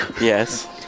Yes